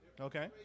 Okay